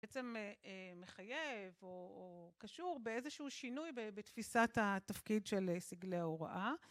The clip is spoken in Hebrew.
בעצם מחייב או קשור באיזשהו שינוי בתפיסת התפקיד של סגלי ההוראה